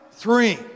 Three